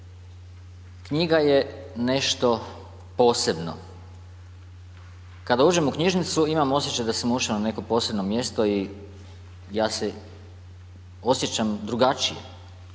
knjiga je nešto posebno. Kada uđem u knjižnicu imam osjećaj da sam ušao u neko posebno mjesto i ja se osjećam drugačije.